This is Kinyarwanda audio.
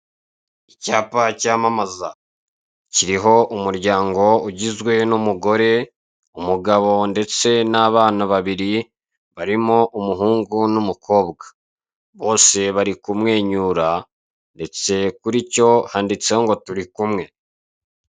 Icyapa cyamamaza kiriho umuryango ugizwe n'umugore umugabo, ndetse n'abana babiri barimo umuhungu n'umukobwa, bose bari kumwenyura ndetse kuri cyo handitseho ngo turi kumwe.